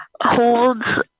holds